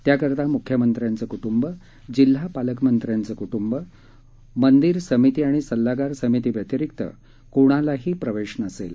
त्याकरता मुख्यमंत्र्यांच कुटुंब जिल्हा पालकमत्र्याच कुटुंब मंदिर समिती आणि सल्लागार समिती व्यतिरिक्त कोणालाही प्रवेश नसेल